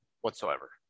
Whatsoever